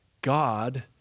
God